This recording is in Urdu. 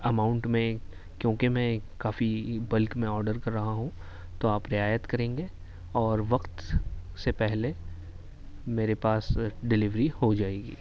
اماؤنٹ میں کیونکہ میں کافی بلک میں آڈر کر رہا ہوں تو آپ رعایت کریں گے اور وقت سے پہلے میرے پاس ڈلیوری ہو جائے گی